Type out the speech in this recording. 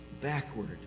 backward